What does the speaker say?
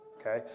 Okay